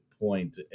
point